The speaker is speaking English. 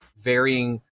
varying